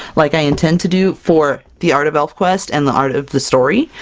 like i intend to do for the art of elfquest and the art of the story,